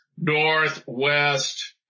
Northwest